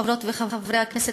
חברות וחברי הכנסת,